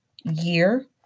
year